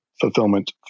fulfillment